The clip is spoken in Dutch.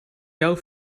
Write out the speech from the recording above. jouw